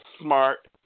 smart